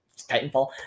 Titanfall